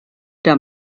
der